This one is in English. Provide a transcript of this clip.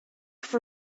for